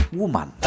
woman